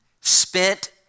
spent